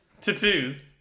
Tattoos